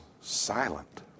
silent